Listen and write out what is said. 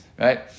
right